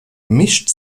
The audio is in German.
mischt